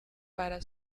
para